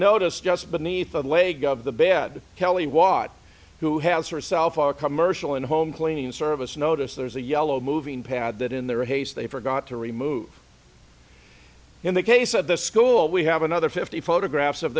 notice just beneath the leg of the bed kelly watt who has herself are commercial and home cleaning service notice there's a yellow moving pad that in their haste they forgot to remove in the case of the school we have another fifty photographs of